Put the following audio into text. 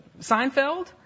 Seinfeld